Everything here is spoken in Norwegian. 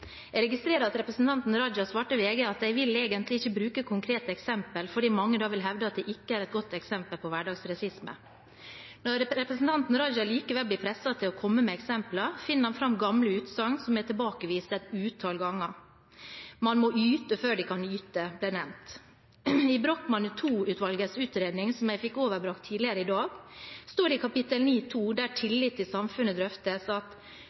Jeg registrerer at representanten Raja svarte VG at han vil egentlig ikke bruke konkrete eksempler fordi mange da vil hevde at det ikke er et godt eksempel på hverdagsrasisme. Når representanten Raja likevel blir presset til å komme med eksempler, finner han fram gamle utsagn som er tilbakevist et utall ganger. Man må yte før man kan nyte, ble nevnt. I Brochmann II-utvalgets utredning, som jeg fikk overbrakt tidligere i dag, står det i kapittel 9.2 der tillit i samfunnet drøftes, at